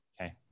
Okay